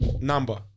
number